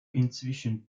inzwischen